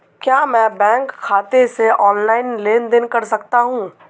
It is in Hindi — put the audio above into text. क्या मैं बैंक खाते से ऑनलाइन लेनदेन कर सकता हूं?